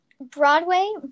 Broadway